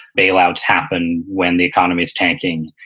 bail outs happen when the economy is tanking,